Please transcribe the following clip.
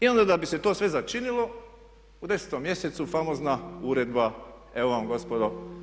I onda da bi se to sve začinilo u 10.mjesecu famozna uredba evo vam gospodo.